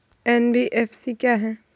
NBFC क्या है?